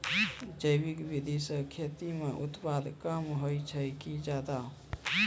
जैविक विधि से खेती म उत्पादन कम होय छै कि ज्यादा?